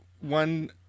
one